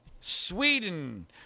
Sweden